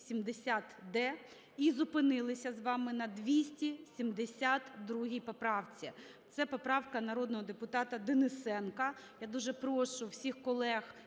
і зупинилися з вами на 272 поправці. Це поправка народного депутата Денисенка. Я дуже прошу всіх колег